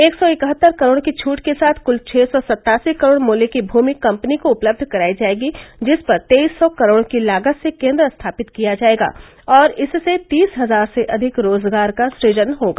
एक सौ इकहत्तर करोड़ की छूट के साथ कुल छह सौ सत्तासी करोड़ मूल्य की भूमि कम्पनी को उपलब्ध कराई जायेगी जिस पर तेईस सौ करोड़ की लागत से केन्द्र स्थापित किया जायेगा और इससे तीस हजार से अधिक रोजगार का सुजन होगा